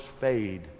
fade